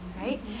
Right